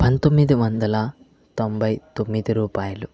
పందొమ్మిది వందల తొంభై తొమ్మిది రూపాయలు